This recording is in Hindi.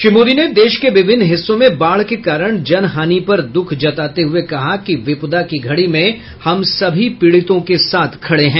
श्री मोदी ने देश के विभिन्न हिस्सों में बाढ़ के कारण जनहानि पर द्ःख जताते हये कहा कि विपदा की घड़ी में हम सभी पीड़ितों के साथ खड़े हैं